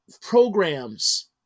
programs